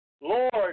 Lord